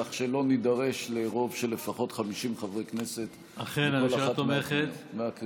כך שלא נידרש לרוב של לפחות 50 חברי כנסת בכל אחת מהקריאות.